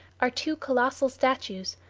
are two colossal statues,